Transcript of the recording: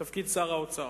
את תפקיד שר האוצר.